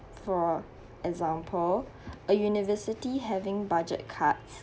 for example a university having budget cuts